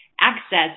access